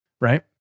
right